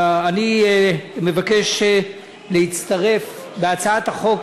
ואני מבקש להצטרף בהצעת החוק